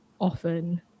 often